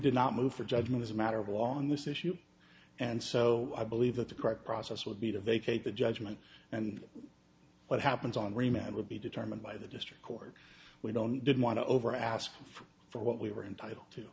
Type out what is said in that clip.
did not move for judgment as a matter of law on this issue and so i believe that the court process would be to vacate the judgment and what happens on remember be determined by the district court we don't didn't want to over ask for what we were entitled to